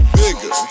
bigger